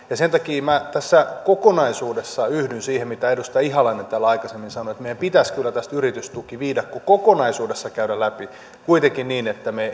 ja sen takia minä tässä kokonaisuudessa yhdyn siihen mitä edustaja ihalainen täällä aikaisemmin sanoi että meidän pitäisi kyllä tämä yritystukiviidakko kokonaisuudessaan käydä läpi kuitenkin niin että me